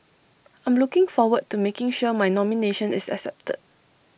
I'm looking forward to making sure my nomination is accepted